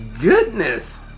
goodness